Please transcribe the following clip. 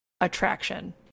attraction